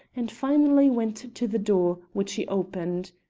and finally went to the door, which he opened.